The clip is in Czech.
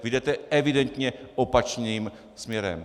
Vy jdete evidentně opačným směrem.